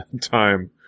time